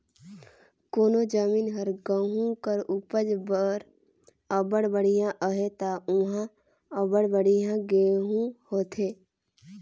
कोनो जमीन हर गहूँ कर उपज बर अब्बड़ बड़िहा अहे ता उहां अब्बड़ बढ़ियां गहूँ होथे